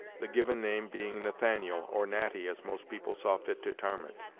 the given name being nathaniel, or natty, as most people saw fit to tarm it.